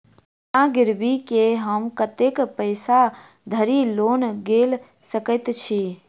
बिना गिरबी केँ हम कतेक पैसा धरि लोन गेल सकैत छी?